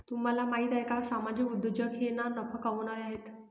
तुम्हाला माहिती आहे का सामाजिक उद्योजक हे ना नफा कमावणारे आहेत